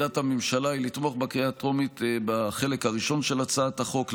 עמדת הממשלה היא לתמוך בקריאה הטרומית בחלק הראשון של הצעת החוק,